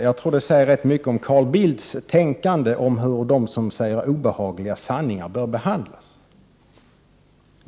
Jag tror att det säger rätt mycket om Carl Bildts tänkande om hur de som säger obehagliga sanningar bör behandlas.